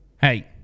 Hey